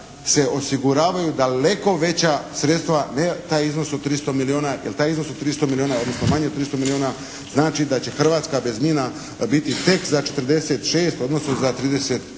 se osiguravaju daleko veća sredstva, ne taj iznos od 300 milijona, jer taj iznos od 300 milijona, odnosno manje od 300 milijona znači da će Hrvatska bez mina biti tek za 46, odnosno za 38